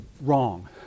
wrong